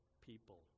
people